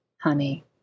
honey